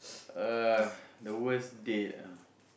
uh the worst date ah